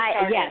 Yes